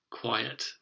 quiet